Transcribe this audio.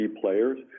players